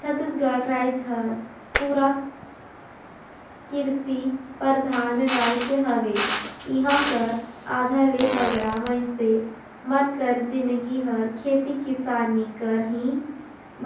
छत्तीसगढ़ राएज हर पूरा किरसी परधान राएज हवे इहां कर आधा ले बगरा मइनसे मन कर जिनगी हर खेती किसानी कर ही